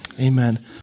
Amen